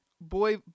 Boy